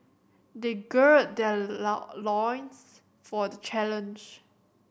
they gird their loins for the challenge